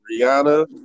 Rihanna